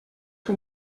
que